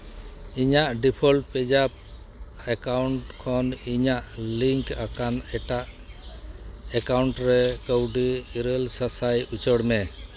ᱤᱧᱟᱹᱜ ᱰᱤᱯᱷᱚᱞᱴ ᱯᱮᱡᱟᱯ ᱮᱠᱟᱣᱩᱱᱴ ᱠᱷᱚᱱ ᱤᱧᱟᱹᱜ ᱞᱤᱝᱠ ᱟᱠᱟᱱ ᱮᱴᱟᱜ ᱮᱠᱟᱣᱩᱱᱴ ᱨᱮ ᱠᱟᱹᱣᱰᱤ ᱤᱨᱟᱹᱞ ᱥᱟᱥᱟᱭ ᱩᱪᱟᱹᱲ ᱢᱮ